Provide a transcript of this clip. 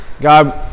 God